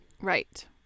right